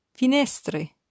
Finestre